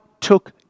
took